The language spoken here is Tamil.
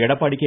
எடப்பாடி கே